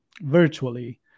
virtually